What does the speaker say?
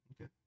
Okay